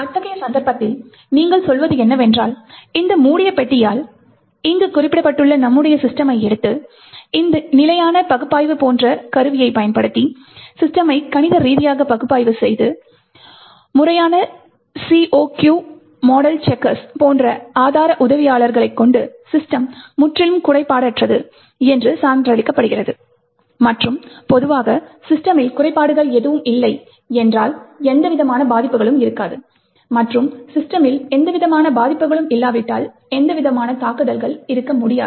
அத்தகைய சந்தர்ப்பத்தில் நீங்கள் சொல்வது என்னவென்றால் இந்த மூடிய பெட்டியால் இங்கு குறிப்பிடப்பட்டுள்ள நம்முடைய சிஸ்டமை எடுத்து நிலையான பகுப்பாய்வு போன்ற கருவிகளைப் பயன்படுத்தி சிஸ்டமை கணித ரீதியாக பகுப்பாய்வு செய்து முறையான COQ மாடல் செக்கர்ஸ் போன்ற ஆதார உதவியாளர்களை கொண்டு சிஸ்டம் முற்றிலும் குறைபாடற்றது என்று சான்றளிக்கப்படுகிறது மற்றும் பொதுவாக சிஸ்டமில் குறைபாடுகள் ஏதும் இல்லை என்றால் எந்தவிதமான பாதிப்புகளும் இருக்காது மற்றும் சிஸ்டமில் எந்தவிதமான பாதிப்புகளும் இல்லாவிட்டால் எந்தவிதமான தாக்குதல்கள் இருக்க முடியாது